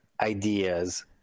ideas